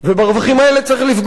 ברווחים האלה צריך לפגוע,